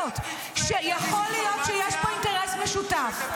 יכול להיות שיש פה אינטרס משותף.